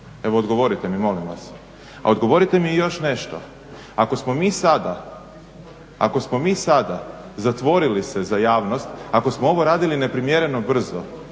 Evo, odgovorite mi molim vas. A odgovorite mi i još nešto. Ako smo mi sada zatvorili se za javnost, ako smo ovo radili neprimjereno brzo